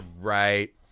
Right